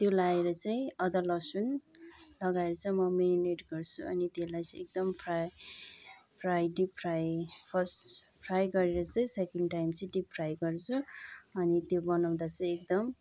त्यो लाएर चाहिँ अदुवा लसुन लगाएर चाहिँ म मेरिनेट गर्छु अनि त्यसलाई चाहिँ एकदम fry fry deep fry first fry गरेर चाहिँ सेकेन्ड टाइम चाहिँ डिप फ्राई गर्छु अनि त्यो बनाउँदा चाहिँ एकदम